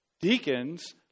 Deacons